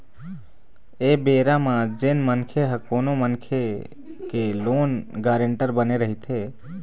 ऐ बेरा म जेन मनखे ह कोनो मनखे के लोन गारेंटर बने रहिथे